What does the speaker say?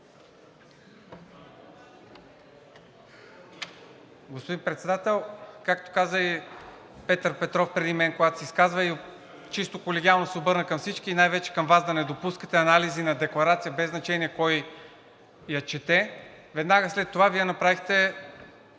Господин Председател, както каза и Петър Петров преди мен, когато се изказва, и чисто колегиално се обърна към всички, най-вече към Вас, да не допускате анализи на декларация без значение кой я чете, веднага след това Вие направихте